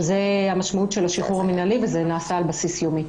זאת המשמעות של השחרור המינהלי וזה נעשה על בסיס יומי.